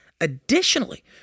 Additionally